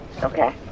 Okay